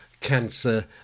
cancer